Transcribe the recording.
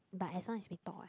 but as long as we talk what